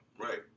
Right